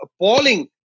appalling